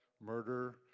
murder